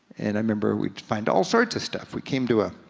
and i remember we'd find all sorts of stuff. we came to a